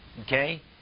Okay